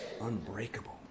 unbreakable